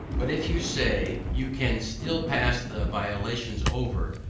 but if you say, you can still pass the violations over,